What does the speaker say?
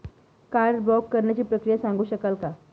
Card block करण्याची प्रक्रिया सांगू शकाल काय?